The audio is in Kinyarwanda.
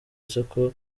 isoko